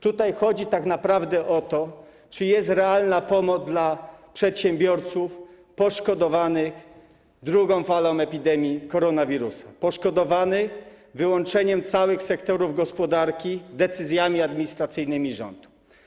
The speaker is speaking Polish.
Tutaj chodzi tak naprawdę o to, czy jest realna pomoc dla przedsiębiorców poszkodowanych drugą falą epidemii koronawirusa, poszkodowanych wyłączeniem całych sektorów gospodarki decyzjami administracyjnymi rządu.